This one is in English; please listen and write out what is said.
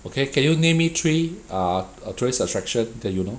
okay can you name me three uh uh tourist attraction that you know